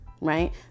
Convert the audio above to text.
right